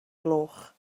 gloch